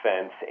fence